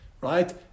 Right